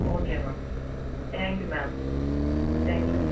okay ma'am thank you ma'am thank you